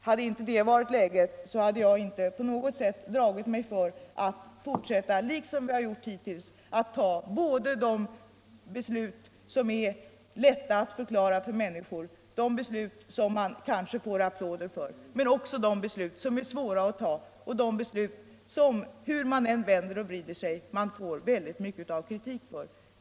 Hade inte läget varit sådant hade jag inte på något sätt dragit mig för att liksom dittills fortsätta att fatta både de beslut som är lätta att förklara för människorna, beslut som man kanske får applåder för, och de beslut som är svåra att fatta, dvs. sådana som hur man än vänder och vrider sig medför mycket kritik.